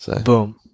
Boom